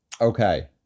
Okay